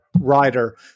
writer